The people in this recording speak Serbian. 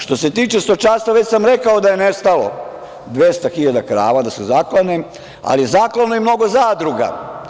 Što se tiče stočarstvo, već sam rekao da je nestalo 200.000 krava, da su zaklane, ali zaklano je i mnogo zadruga.